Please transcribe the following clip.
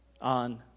on